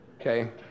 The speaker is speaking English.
Okay